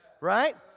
right